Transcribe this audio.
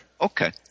Okay